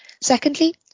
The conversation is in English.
Secondly